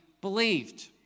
believed